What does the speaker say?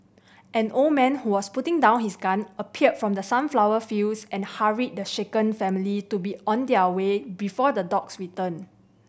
an old man who was putting down his gun appeared from the sunflower fields and hurried the shaken family to be on their way before the dogs return